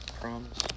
Promise